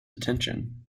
attention